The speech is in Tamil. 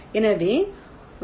எனவே உந்துதல் என்ன